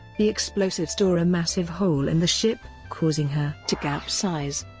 the explosives tore a massive hole in the ship, causing her to capsize.